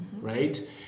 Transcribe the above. right